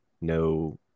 no